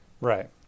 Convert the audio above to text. Right